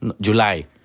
July